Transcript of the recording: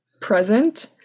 present